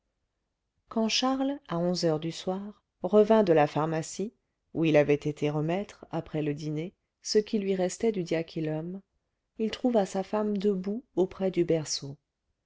quand charles à onze heures du soir revint de la pharmacie où il avait été remettre après le dîner ce qui lui restait du diachylum il trouva sa femme debout auprès du berceau